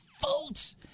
votes